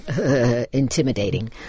intimidating